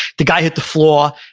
the guy hit the floor,